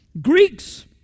Greeks